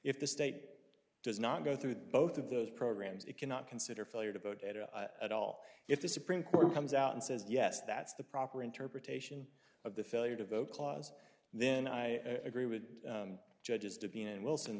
if the state does not go through both of those programs it cannot consider failure to vote at all if the supreme court comes out and says yes that's the proper interpretation of the failure to vote clause and then i agree with judges to be in wilson